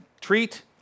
treat